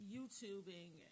YouTubing